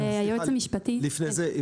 לפני זה,